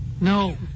No